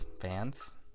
fans